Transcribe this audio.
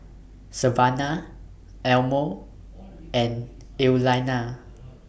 Savannah Elmo and Iliana